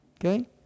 Okay